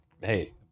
Hey